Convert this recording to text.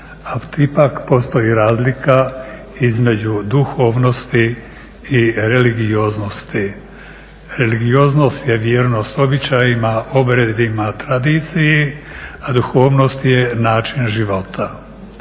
a ipak postoji razlika između duhovnosti i religioznosti. Religioznost je vjernost običajima, obredima, tradiciji, a duhovnost je način života.